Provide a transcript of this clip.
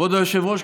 כבוד היושב-ראש,